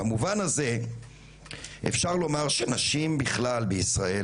במובן הזה אפשר לומר שנשים בכלל בישראל,